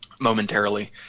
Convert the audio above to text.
momentarily